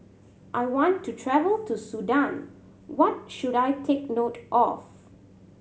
I want to travel to Sudan what should I take note of